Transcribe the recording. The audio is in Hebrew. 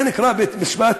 זה נקרא בית-משפט